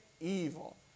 evil